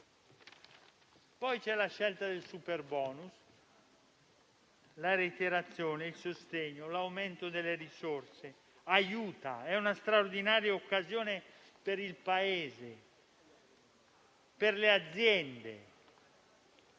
poi la scelta del superbonus, la reiterazione, il sostegno, l'aumento delle risorse: è una straordinaria occasione per il Paese, per le aziende,